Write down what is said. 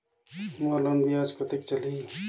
मोर loan ब्याज कतेक चलही?